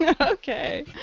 Okay